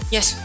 Yes